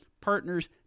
Partners